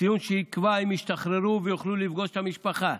ציון שיקבע אם ישתחררו ויוכלו לפגוש את המשפחה.